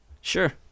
Sure